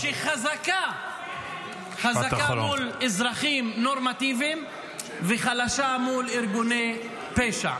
-- שחזקה מול אזרחים נורמטיביים וחלשה מול ארגוני פשע.